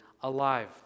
alive